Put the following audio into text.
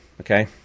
Okay